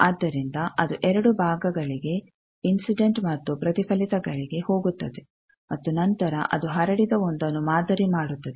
ಆದ್ದರಿಂದ ಅದು ಎರಡು ಭಾಗಗಳಿಗೆ ಇನ್ಸಿಡೆಂಟ್ ಮತ್ತು ಪ್ರತಿಫಲಿತ ಗಳಿಗೆ ಹೋಗುತ್ತದೆ ಮತ್ತು ನಂತರ ಅದು ಹರಡಿದ ಒಂದನ್ನು ಮಾದರಿ ಮಾಡುತ್ತದೆ